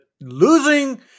losing